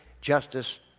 justice